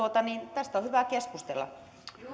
tästä on hyvä keskustella